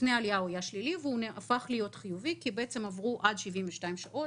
לפני העלייה הוא היה שלילי והוא הפך לחיובי כי בעצם עברו עד 72 שעות.